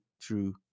True